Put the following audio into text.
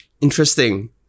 Interesting